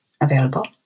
available